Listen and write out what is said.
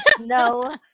no